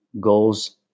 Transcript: goals